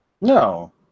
No